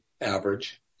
average